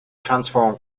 transform